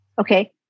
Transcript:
Okay